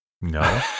No